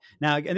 Now